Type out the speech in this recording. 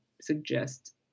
suggest